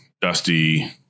dusty